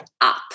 up